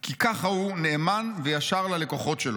כי ככה הוא, נאמן וישר ללקוחות שלו.